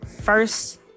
first